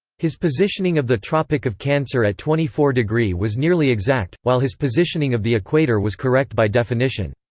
his positioning of the tropic of cancer at twenty four degree was nearly exact, while his positioning of the equator was correct by definition.